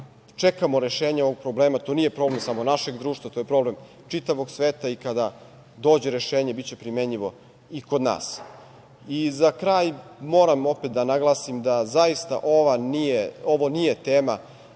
čekamo rešenje ovog problema, to nije problem samo našeg društva, to je problem čitavog sveta i kada dođe rešenje, biće primenljivo i kod nas.Za kraj, moram opet da naglasim da zaista ovo nije tema